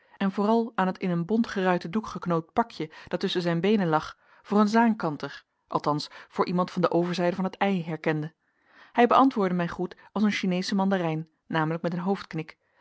en vooral aan het in een bont geruiten doek geknoopt pakje dat tusschen zijn beenen lag voor een zaankanter althans voor iemand van de overzijde van het ij herkende hij beantwoordde mijn groet als een chineesche mandarijn namelijk met een